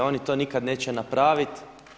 Oni to nikada neće praviti.